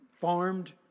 farmed